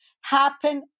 happen